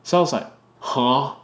so I was like !huh!